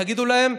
תגידו להם: